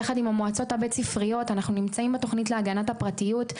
יחד עם המועצות הבית-ספריות אנחנו נמצאים בתוכנית להגנת הפרטיות.